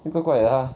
怪怪的他